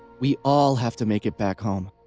we all have to make it back home